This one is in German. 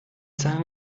seinen